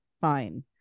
fine